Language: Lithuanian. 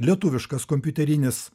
lietuviškas kompiuterinis